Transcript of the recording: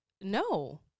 no